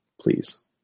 Please